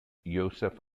josef